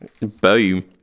Boom